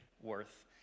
worth